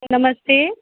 नमस्ते